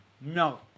No